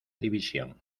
división